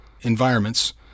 environments